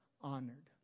honored